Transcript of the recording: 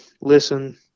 listen